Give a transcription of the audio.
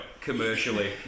commercially